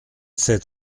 sept